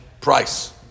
price